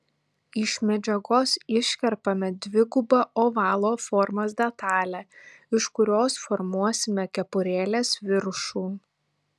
iš medžiagos iškerpame dvigubą ovalo formos detalę iš kurios formuosime kepurėlės viršų